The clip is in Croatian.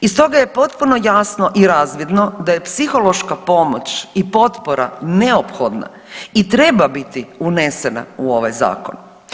I stoga je potpuno jasno i razvidno da je psihološka pomoć i potpora neophodna i treba biti unesena u ovaj zakon.